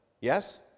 yes